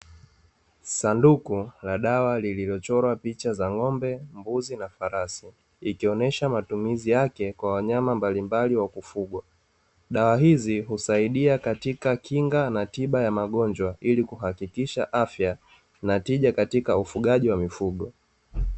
Sanduku la dawa lililochorwa picha za ng'ombe, mbuzi na farasi, ikionyesha matumizi yake kwa wanyama mbalimbali wa kufugwa. Dawa hizi husaidia katika kinga na tiba ya magonjwa ili kuhakikisha afya na tija katika ufugaji wa mifugo.